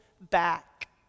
back